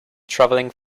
travelling